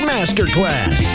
Masterclass